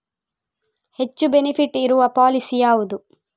ಹೆಚ್ಚು ಬೆನಿಫಿಟ್ ಇರುವ ಪಾಲಿಸಿ ಯಾವುದು?